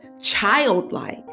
childlike